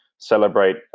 Celebrate